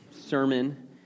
sermon